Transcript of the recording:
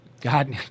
God